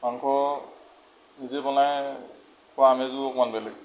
মাংস নিজে বনাই খোৱাৰ আমেজো অকণমান বেলেগ